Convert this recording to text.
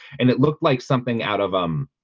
and it looked like something out of um,